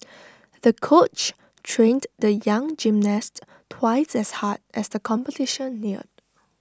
the coach trained the young gymnast twice as hard as the competition neared